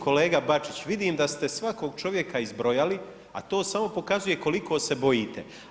Kolega Bačić, vidim da ste svakog čovjeka izbrojali, a to samo pokazuje koliko se bojite.